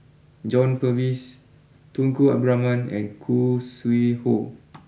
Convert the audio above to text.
John Purvis Tunku Abdul Rahman and Khoo Sui Hoe